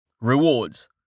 Rewards